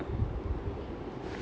oh her fourtieth birthday